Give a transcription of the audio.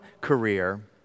career